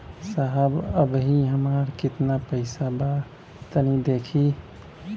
साहब अबहीं हमार कितना पइसा बा तनि देखति?